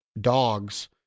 dogs